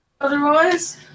otherwise